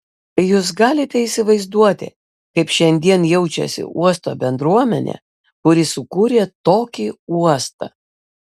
jūs galite įsivaizduoti kaip šiandien jaučiasi uosto bendruomenė kuri sukūrė tokį uostą